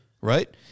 right